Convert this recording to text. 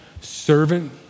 servant